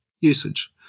usage